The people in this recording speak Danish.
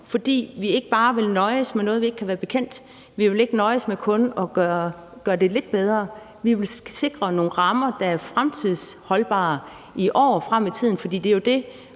Vi vil ikke bare nøjes med at have noget, vi kan være bekendt. Vi vil ikke nøjes med kun at gøre det lidt bedre. Vi vil sikre nogle rammer, der er holdbare i fremtiden, holdbare i år frem